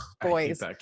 boys